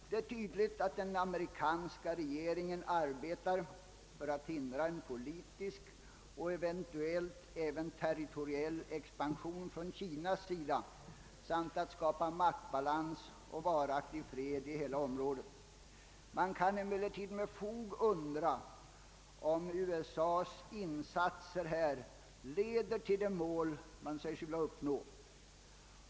Det är tydligt att den amerikanska regeringen arbetar för att förhindra en politisk och eventuellt även territoriell expansion från Kinas sida samt att skapa maktbalans och varaktig fred i hela området. Man kan emellertid med fog undra, om USA:s insatser leder till det mål amerikanerna säger sig vilja uppnå.